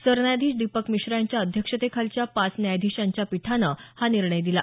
सरन्यायाधीश दीपक मिश्रा यांच्या अध्यक्षतेखालच्या पाच न्यायाधीशांच्या पीठानं हा निर्णय दिला